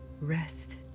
Rest